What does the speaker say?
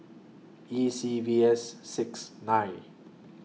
E C V S six nine